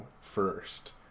first